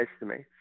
estimates